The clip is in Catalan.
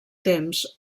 temps